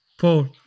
Paul